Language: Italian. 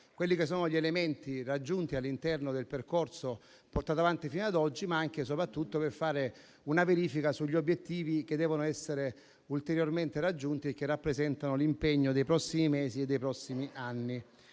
di cogliere gli elementi raggiunti all'interno del percorso portato avanti fino a oggi, ma anche e soprattutto per fare una verifica sugli obiettivi che devono essere ulteriormente raggiunti e che rappresentano l'impegno dei prossimi mesi e anni.